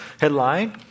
headline